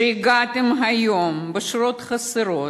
שהגעתם היום בשורות חסרות,